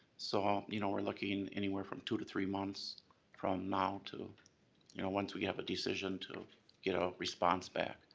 so you know we're looking anywhere from two to three months from now to you know once we have a decision to get a response back.